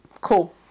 Cool